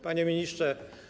Panie Ministrze!